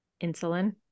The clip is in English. Insulin